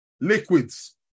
Liquids